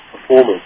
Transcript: performance